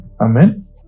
Amen